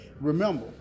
remember